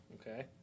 Okay